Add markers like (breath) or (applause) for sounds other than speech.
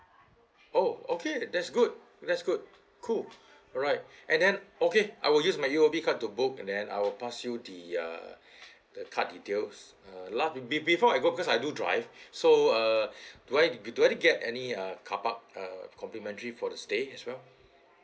oh okay that's good that's good cool alright and then okay I will use my U_O_B card to book and then I will pass you the uh (breath) the card details uh last be~ before I go because I do drive (breath) so uh (breath) do I do I get any uh car park uh complimentary for the stay as well